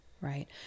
right